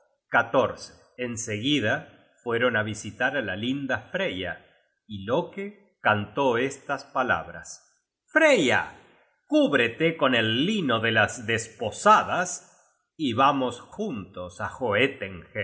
en seguida fueron á visitar á la linda freya y loke cantó estas palabras freya cúbrete con el lino de las desposadas y vamos juntos á